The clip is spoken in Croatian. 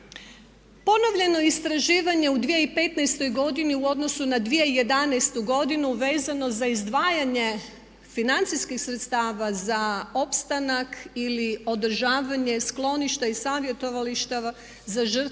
Ponovljeno istraživanje u 2015.godini u odnosu na 2011.godinu vezano za izdvajanje financijskih sredstava za opstanak ili održavanje skloništa i savjetovališta za žrtve